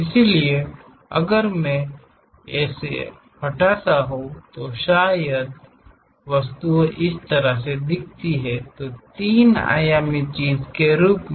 इसलिए अगर मैं इसे हटा रहा हूं तो शायद वस्तु इस तरह दिखती है तो तीन आयामी चीज के रूप में